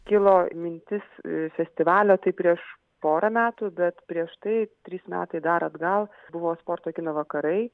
kilo mintis festivalio tai prieš porą metų bet prieš tai trys metai dar atgal buvo sporto kino vakarai